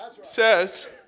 says